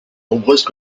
nombreuses